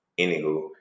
Anywho